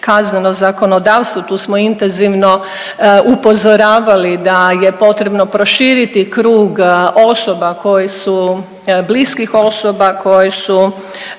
kazneno zakonodavstvo, tu smo intenzivno upozoravali da je potrebno proširiti krug osoba koje su, bliskih osoba koje su